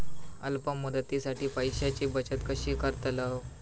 अल्प मुदतीसाठी पैशांची बचत कशी करतलव?